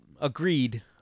agreed